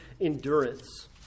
endurance